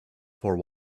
for